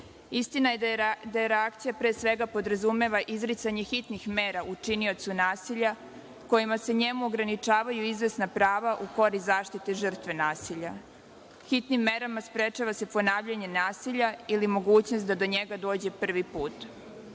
Istina je da je reakcija pre svega podrazumeva izricanje hitnih mera učiniocu nasilja kojima se njemu ograničavaju moguća prava u korist zaštite žrtve nasilja. Hitnim merama sprečava se ponavljanje nasilja ili mogućnost da do njega dođe prvi put.